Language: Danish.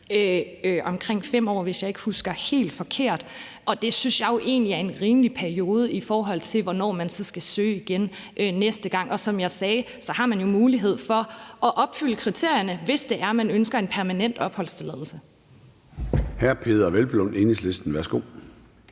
omkring 5 år, hvis jeg ikke husker helt forkert, og det synes jeg jo egentlig er en rimelig periode, i forhold til hvornår man så skal søge igen næste gang. Som jeg sagde, har man jo mulighed for at opfylde kriterierne, hvis det er, man ønsker en permanent opholdstilladelse.